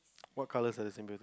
what colors are the